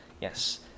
Yes